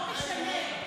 זה לא משנה.